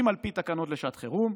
אם על פי תקנות לשעת חירום,